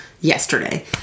yesterday